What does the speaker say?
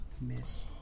Miss